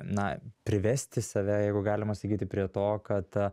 na privesti save jeigu galima sakyti prie to kad